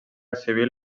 civil